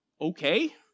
Okay